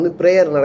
prayer